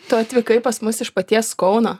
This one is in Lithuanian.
tu atvykai pas mus iš paties kauno